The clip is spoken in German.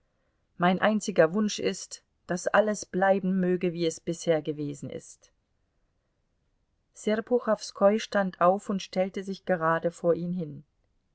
mein einziger wunsch ist daß alles bleiben möge wie es bisher gewesen ist serpuchowskoi stand auf und stellte sich gerade vor ihn hin